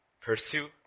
Pursue